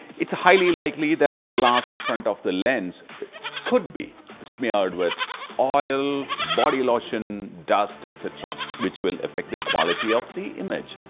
it's highly likely that the glass in front of the lens could be smeared with oil, body lotion, dust etc which will affect the quality of the image.